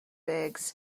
eggs